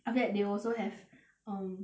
after that they also have um